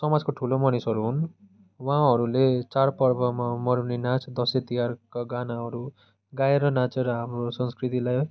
समाजको ठुलो मानिसहरू हुन् उहाँहरूले चाडपर्वमा मारुनी नाच दसैँतिहारका गानाहरू गाएर नाचेर हाम्रो संस्कृतिलाई